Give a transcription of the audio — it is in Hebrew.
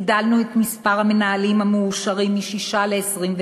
הגדלנו את מספר המנהלים המאושרים משישה ל-21,